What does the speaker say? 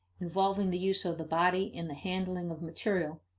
involving the use of the body and the handling of material,